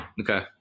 Okay